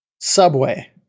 Subway